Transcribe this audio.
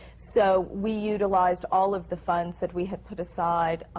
so, we utilized all of the funds that we had put aside,